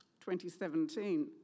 2017